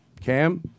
Cam